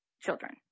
children